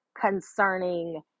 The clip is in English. concerning